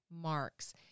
marks